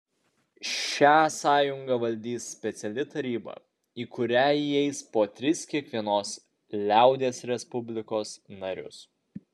šią sąjungą valdys speciali taryba į kurią įeis po tris kiekvienos liaudies respublikos narius